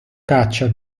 caccia